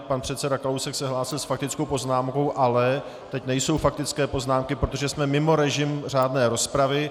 Pan předseda Kalousek se hlásil s faktickou poznámkou, ale teď nejsou faktické poznámky, protože jsme mimo režim řádné rozpravy.